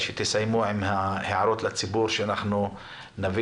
כאשר תסיימו עם הערות הציבור אנחנו נביא